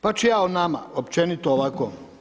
Pa ću ja o nama općenito ovako.